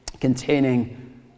containing